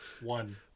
One